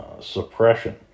suppression